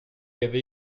avait